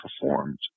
performed